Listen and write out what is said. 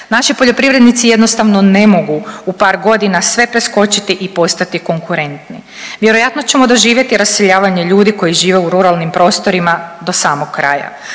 Naši poljoprivrednici jednostavno ne mogu u par godina sve preskočiti i postati konkurentni. Vjerojatno ćemo doživjeti raseljavanje ljudi koji žive u ruralnim prostorima do samog kraja.